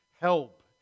help